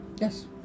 Yes